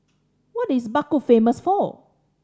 what is Baku famous for